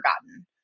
forgotten